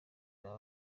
baba